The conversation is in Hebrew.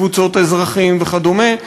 קבוצות אזרחים וכדומה.